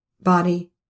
body